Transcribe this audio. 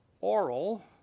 oral